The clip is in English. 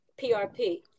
PRP